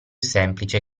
semplice